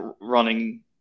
running